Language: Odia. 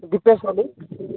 ଦୀପେଶ